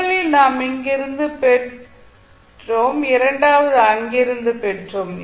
முதலில் நாம் இங்கிருந்து பெற்றோம் இரண்டாவதாக அங்கிருந்து பெற்றோம்